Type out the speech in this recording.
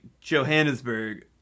Johannesburg